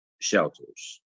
shelters